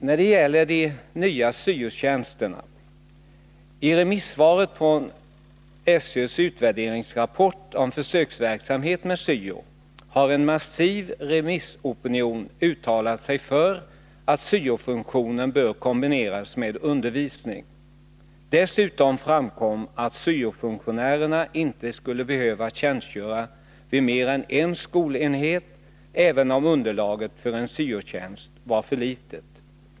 När det gäller de nya syo-tjänsterna vill jag säga följande. I remissvaren på SÖ:s utvärderingsrapport om försöksverksamhet med syo har en massiv remissopinion uttalat sig för att syo-funktionen bör kombineras med undervisning. Dessutom framkom att syo-funktionären inte skulle behöva tjänstgöra vid mer än en skolenhet, även om underlaget för en syo-tjänst var för litet.